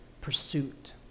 pursuit